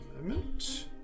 moment